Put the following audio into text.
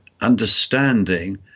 understanding